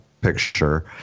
picture